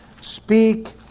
speak